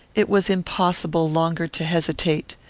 it was impossible longer to hesitate.